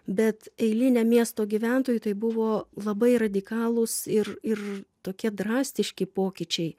bet eiliniam miesto gyventojui tai buvo labai radikalūs ir ir tokie drastiški pokyčiai